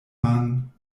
mann